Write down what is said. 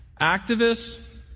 Activists